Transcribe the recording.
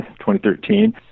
2013